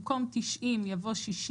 במקום "90" יבוא "60"